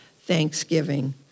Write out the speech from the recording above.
Thanksgiving